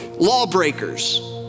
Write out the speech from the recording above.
Lawbreakers